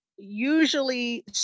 usually